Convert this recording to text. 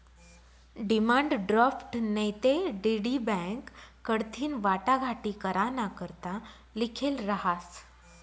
demand draft नैते DD bank कडथीन वाटाघाटी कराना करता लिखेल रहास